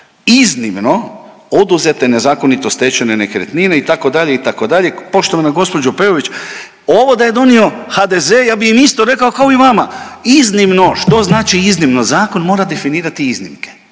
Iznimno oduzete nezakonito stečene nekretnine itd. itd. poštovana gospođo Peović ovo da je donio HDZ ja bi im isto rekao kao i vama. Iznimno, što znači iznimno? Zakon mora definirati iznimke.